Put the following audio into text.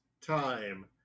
time